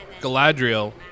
Galadriel